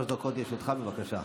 תודה רבה.